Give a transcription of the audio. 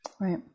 right